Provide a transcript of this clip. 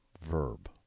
verb